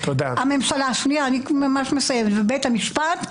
הממשלה ובית המשפט,